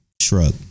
Shrug